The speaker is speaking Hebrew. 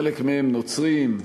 חלק מהם נוצרים.